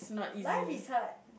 life is hard